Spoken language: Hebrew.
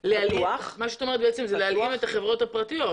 בעצם להלאים את החברות הפרטיות.